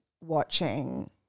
watching